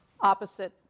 opposite